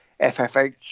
FFH